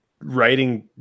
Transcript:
writing